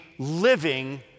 living